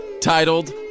titled